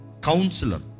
Counselor